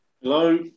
Hello